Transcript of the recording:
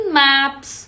maps